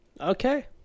Okay